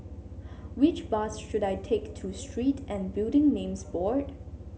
which bus should I take to Street and Building Names Board